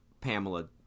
Pamela